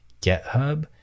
GitHub